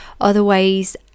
Otherwise